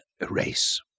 Erase